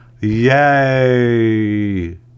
Yay